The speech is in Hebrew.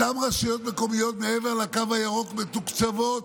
אותן רשויות מקומיות מעבר לקו הירוק מתוקצבות